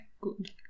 Good